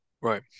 Right